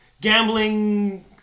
gambling